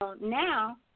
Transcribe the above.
now